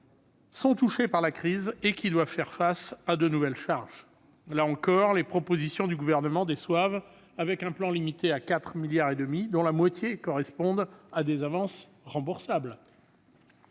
-sont touchées par la crise. Or les collectivités doivent faire face à de nouvelles charges : là encore, les propositions du Gouvernement déçoivent, avec un plan limité à 4,5 milliards d'euros, dont la moitié correspond à des avances remboursables.